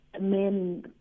men